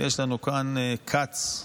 יש לנו כאן "כץ",